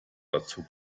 dazu